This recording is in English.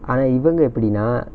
ஆனா இவங்க எப்டினா:aanaa ivanga epdinaa